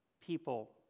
people